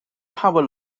power